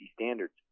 standards